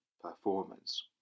performance